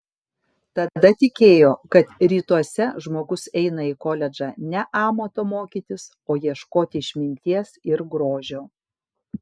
tada tikėjo kad rytuose žmogus eina į koledžą ne amato mokytis o ieškoti išminties ir grožio